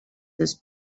this